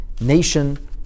nation